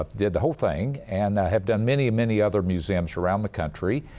ah did the whole thing and have done many, many other museums around the country.